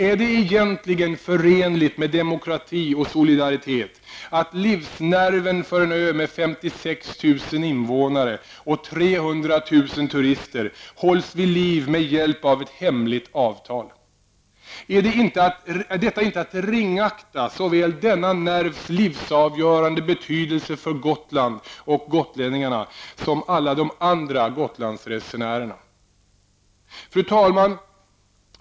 Är det egentligen förenligt med demokrati och solidaritet att livsnerven för en ö med 56 000 invånare och 300 000 turister hålls vid liv med hjälp av ett hemligt avtal? Är detta inte att ringakta såväl denna nervs livsavgörande betydelse för Gotland och gotlänningarna som alla de andra Fru talman!